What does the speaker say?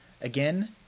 Again